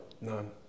None